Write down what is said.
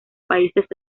países